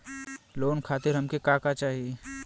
Loan खातीर हमके का का चाही?